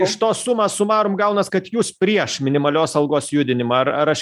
iš to suma sumarum gaunas kad jūs prieš minimalios algos judinimą ar ar aš